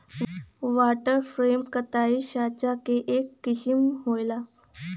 water frame कताई साँचा क एक किसिम होला